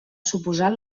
suposar